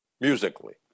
musically